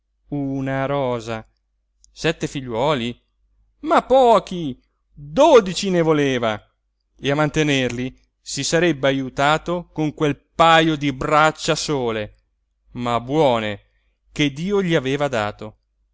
una rosa sette figliuoli ma pochi dodici ne voleva e a mantenerli si sarebbe ajutato con quel pajo di braccia sole ma buone che dio gli aveva dato